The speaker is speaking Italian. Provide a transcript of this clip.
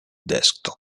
desktop